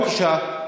תקום, בבקשה.